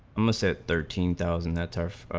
um onset thirteen thousand net surfer